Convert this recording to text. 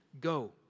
go